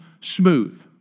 smooth